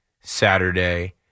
Saturday